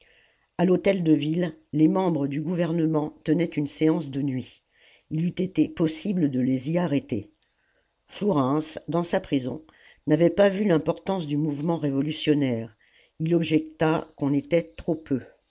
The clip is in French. l'ordre a l'hôtel-de-ville les membres du gouvernement tenaient une séance de nuit il eût été possible de les y arrêter flourens dans sa prison n'avait pas vu l'importance du mouvement révolutionnaire il objecta qu'on était trop peu